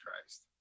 Christ